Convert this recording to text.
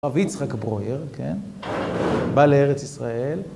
הרב יצחק ברויר, כן? בא לארץ ישראל.